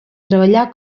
treballà